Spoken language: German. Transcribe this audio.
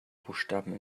buchstaben